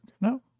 No